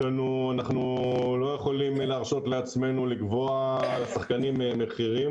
אנחנו לא יכולים להרשות לעצמנו לקבוע לשחקנים מחירים,